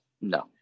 No